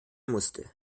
musste